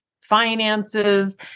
finances